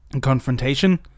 confrontation